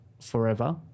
forever